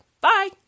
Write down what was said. Bye